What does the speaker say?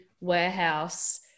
warehouse